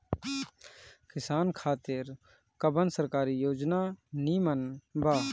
किसान खातिर कवन सरकारी योजना नीमन बा?